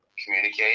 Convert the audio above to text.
communicate